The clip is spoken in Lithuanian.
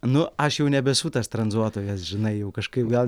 nu aš jau nebesu tas tranzuotojas žinai jau kažkaip gal